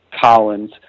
Collins